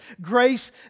Grace